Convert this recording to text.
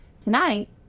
tonight